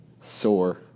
sore